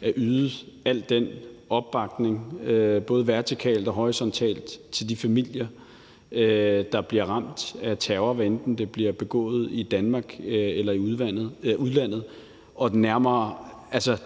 at yde al den opbakning, både vertikalt og horisontalt, til de familier, der bliver ramt af terror, hvad enten den bliver begået i Danmark eller i udlandet. Den nærmere